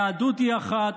היהדות היא אחת,